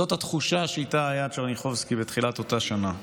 זאת התחושה שאיתה היה טשרניחובסקי בתחילת אותה שנה,